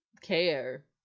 care